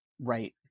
right